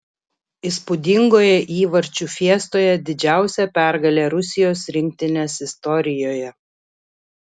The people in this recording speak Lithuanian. įspūdingoje įvarčių fiestoje didžiausia pergalė rusijos rinktinės istorijoje